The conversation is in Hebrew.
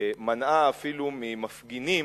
מנעה אפילו ממפגינים,